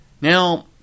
Now